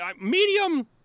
medium